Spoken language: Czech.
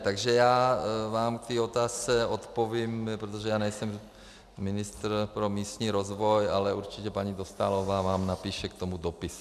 Takže já vám k té otázce odpovím, protože já nejsem ministr pro místní rozvoj, ale určitě paní Dostálová vám napíše k tomu dopis.